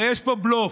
הרי יש פה בלוף,